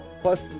Plus